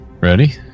Ready